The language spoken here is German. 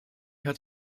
hat